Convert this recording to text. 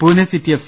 Pune city F